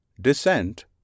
Descent